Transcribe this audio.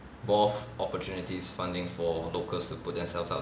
more opportunities funding for locals to put themselves out